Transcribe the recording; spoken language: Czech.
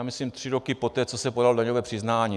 Myslím tři roky poté, co se podalo daňové přiznání.